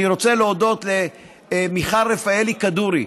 אני רוצה להודות למיכל רפאלי כדורי,